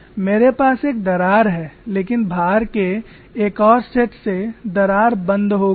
मेरे पास एक दरार है लेकिन भार के एक और सेट से दरार बंद हो गई है